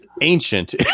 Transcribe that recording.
ancient